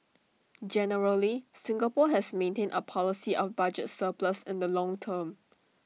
generally Singapore has maintained A policy of budget surplus in the long term